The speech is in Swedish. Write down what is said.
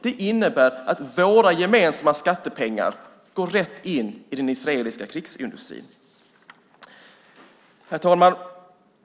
Det innebär att våra gemensamma skattepengar går rätt in i den israeliska krigsindustrin. Herr talman!